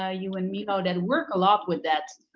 ah you and milo, that work a lot with that.